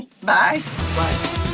Bye